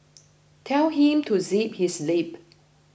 tell him to zip his lip